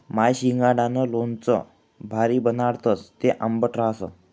माय शिंगाडानं लोणचं भारी बनाडस, ते आंबट रहास